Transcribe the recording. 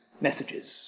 messages